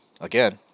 again